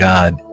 God